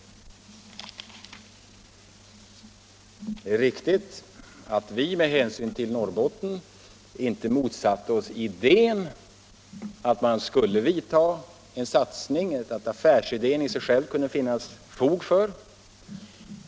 Det är riktigt att vi med hänsyn till Norrbotten inte motsatte oss idén att man skulle göra en satsning, affärsidén i sig själv kunde det finnas fog för.